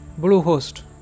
bluehost